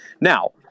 Now